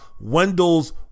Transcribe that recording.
Wendell's